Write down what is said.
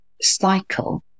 cycle